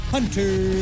Hunter